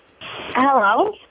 Hello